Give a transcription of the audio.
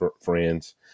friends